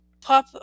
pop